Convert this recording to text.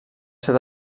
ser